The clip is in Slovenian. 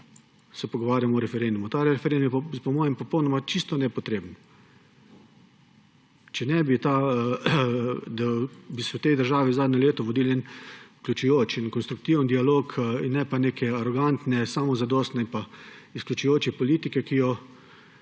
pogovarjamo o referendumu. Ta referendum je pa po mojem popolnoma čisto nepotreben. Če bi v tej državi v zadnjem letu vodili en vključujoč in konstruktiven dialog, ne pa neke arogantne, samozadostne in izključujoče politike, ki jo